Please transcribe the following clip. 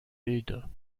bilder